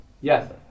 Yes